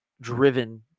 driven